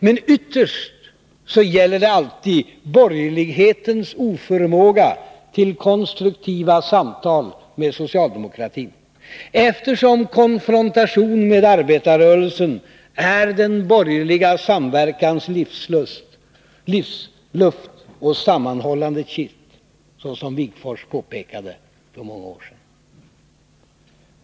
Men ytterst gäller det alltid borgerlighetens oförmåga till konstruktiva samtal med socialdemokratin, eftersom konfrontationen mot arbetarrörelsen är den borgerliga samverkans livsluft och sammanhållande kitt, såsom Wigforss påpekade för många år sedan.